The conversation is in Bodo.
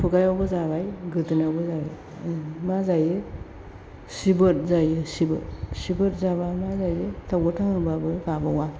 खुगायावबो जाबाय गोदोनायावबो मा जायो सिबोद जायो सिबोद सिबोद जाब्ला मा जायो थाव होब्लाबो गाबावा